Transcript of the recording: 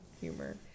humor